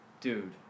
Dude